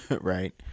Right